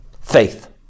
Faith